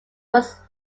was